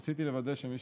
רציתי לוודא שמי